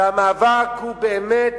שהמאבק הוא באמת